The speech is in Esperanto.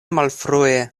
malfrue